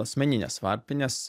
asmeninės varpinės